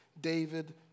David